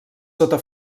sota